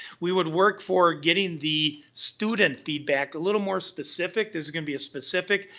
we would work for getting the student feedback a little more specific. this is gonna be as specific.